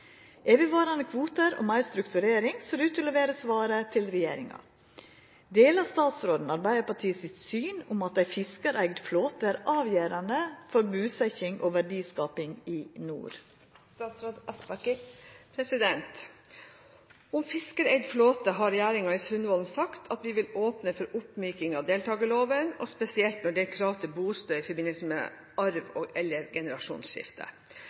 Evigvarande kvotar og meir strukturering ser ut til å vera svaret til regjeringa. Deler statsråden Arbeidarpartiet sitt syn om at ein fiskareigd flåte er avgjerande for busetting og verdiskaping i nord?» Om fiskereid flåte har regjeringen i Sundvollen-erklæringen sagt at vi vil åpne for oppmyking av deltakerloven, spesielt når det gjelder krav til bosted i forbindelse med arv eller generasjonsskifte.